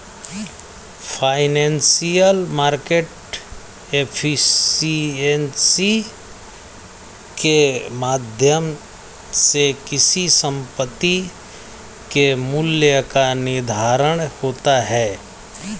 financial market efficiency के माध्यम से किसी संपत्ति के मूल्य का निर्धारण होता है